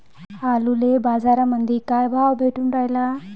आलूले बाजारामंदी काय भाव भेटून रायला?